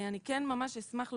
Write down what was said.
אני כן ממש אשמח להוסיף.